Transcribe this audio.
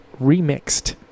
Remixed